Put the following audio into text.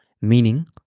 Meaning